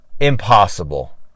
impossible